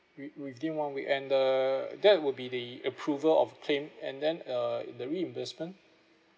wit~ within one week and uh that would be the approval of claim and then uh in the reimbursement